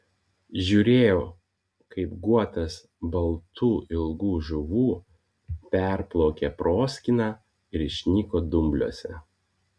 žiūrėjau kaip guotas baltų ilgų žuvų perplaukė proskyną ir išnyko dumbliuose